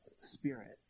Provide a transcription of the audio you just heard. spirit